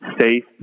safe